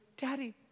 daddy